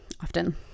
often